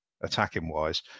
attacking-wise